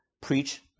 preach